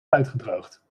uitgedroogd